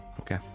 Okay